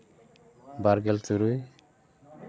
ᱵᱟᱨᱜᱮᱞ ᱛᱩᱨᱩᱭ